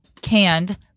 canned